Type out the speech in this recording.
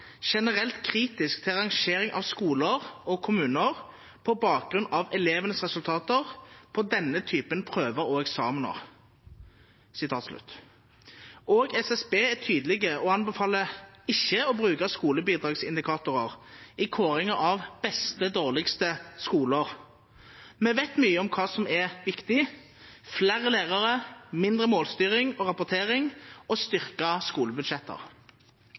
kritisk til rangering av skoler og kommuner på bakgrunn av elevenes resultater på denne typen prøver og eksamener». Også SSB er tydelig og anbefaler ikke å bruke skolebidragsindikatorer i kåringer av «beste/dårligste» skoler. Vi vet mye om hva som er viktig: flere lærere, mindre målstyring og rapportering og styrkede skolebudsjetter.